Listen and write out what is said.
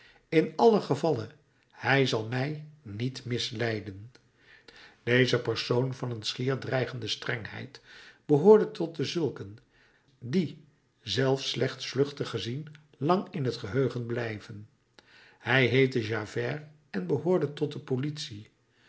in allen gevalle hij zal mij niet misleiden deze persoon van een schier dreigende strengheid behoorde tot dezulken die zelfs slechts vluchtig gezien lang in t geheugen blijven hij heette javert en behoorde tot de politie